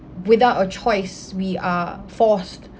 without a choice we are forced